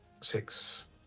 six